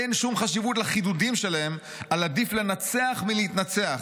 אין שום חשיבות לחידודים שלהם על 'עדיף לנצח מלהתנצח',